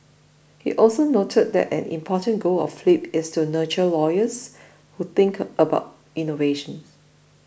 he also noted that an important goal of flip is to nurture lawyers who think about innovation